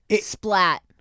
Splat